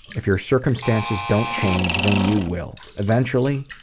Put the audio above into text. if your circumstances don't change, then you will eventually.